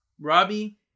Robbie